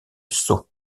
sceaux